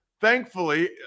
Thankfully